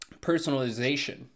personalization